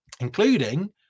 including